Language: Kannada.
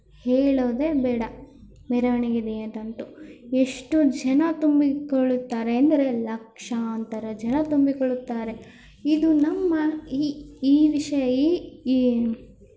ಹೇಳೋದೇ ಬೇಡ ಮೆರವಣಿಗೆಯ ದಿನದಂಟು ಎಷ್ಟು ಜನ ತುಂಬಿಕೊಳ್ಳುತ್ತಾರೆ ಎಂದರೆ ಲಕ್ಷಾಂತರ ಜನ ತುಂಬಿಕೊಳ್ಳುತ್ತಾರೆ ಇದು ನಮ್ಮ ಈ ಈ ವಿಷಯ ಈ ಈ